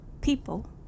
people